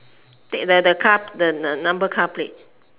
take the the the car the the number car plate